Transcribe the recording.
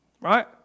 right